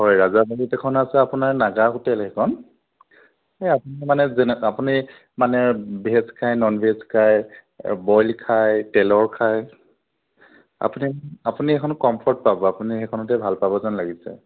হয় ৰাজাবাৰীত এখন আছে আপোনাৰ নাগা হোটেল সেইখন এই আপুনি মানে যেনেকৈ আপুনি মানে ভেজ খায় নন ভেজ খায় বইল খায় তেলৰ খায় আপুনি সেইখন আপুনি সেইখন কমফৰ্ট পাব আপুনি সেইখনতে ভাল পাব যেন লাগিছে